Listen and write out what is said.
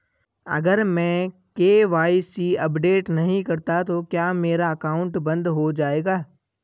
अगर मैं KYC update नहीं करता तो क्या मेरा अकाउंट बंद हो जाएगा?